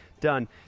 done